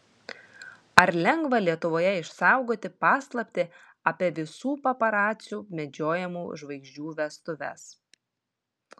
ar lengva lietuvoje išsaugoti paslaptį apie visų paparacių medžiojamų žvaigždžių vestuves